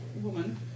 woman